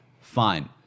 Fine